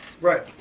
right